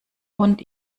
und